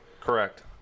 Correct